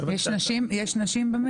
יש נשים במליאה?